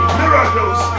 miracles